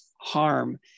harm